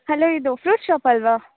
hello ಇದು fruit ಶಾಪಲ್ಲವಾ